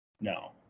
No